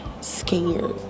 scared